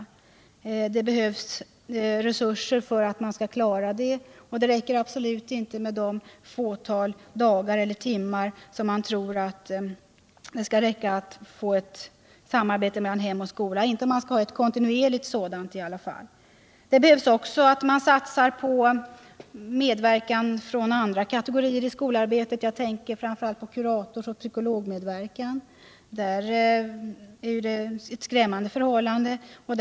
Det behövs resurser för att man skall klara det; det räcker absolut inte med ett fåtal dagar eller timmar, inte om man vill ha ett kontinuerligt samarbete mellan hem och skola. Det krävs också att man satsar på medverkan i skolarbetet från andra kategorier — jag tänker framför allt på kuratorsoch psykologmedverkan. På det området är förhållandena skrämmande.